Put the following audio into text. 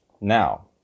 Now